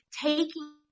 taking